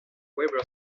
weber